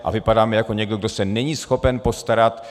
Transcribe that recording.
A vypadáme jako někdo, kdo se není schopen postarat.